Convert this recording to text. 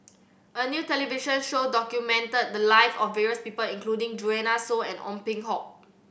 a new television show documented the live of various people including Joanne Soo and Ong Peng Hock